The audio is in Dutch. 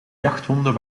jachthonden